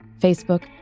Facebook